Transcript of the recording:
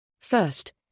First